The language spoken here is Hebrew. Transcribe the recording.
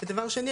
דבר שני,